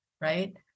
right